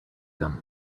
them